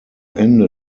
ende